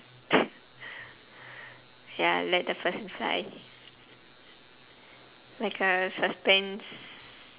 ya let the person try like uh suspense